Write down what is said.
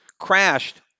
crashed